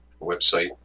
website